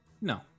no